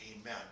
Amen